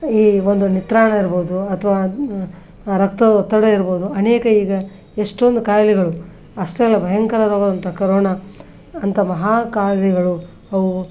ಈ ಒಂದು ನಿತ್ರಾಣ ಇರ್ಬೋದು ಅಥವಾ ರಕ್ತ ಒತ್ತಡ ಇರ್ಬೋದು ಅನೇಕ ಈಗ ಎಷ್ಟೊಂದು ಕಾಯಿಲೆಗಳು ಅಷ್ಟೆಲ್ಲ ಭಯಂಕರ ರೋಗ ಬಂತು ಕರೋಣ ಅಂಥ ಮಹಾ ಕಾಯಿಲೆಗಳು ಅವು